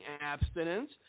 abstinence